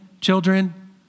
children